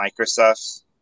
Microsoft's